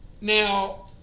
Now